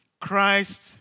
Christ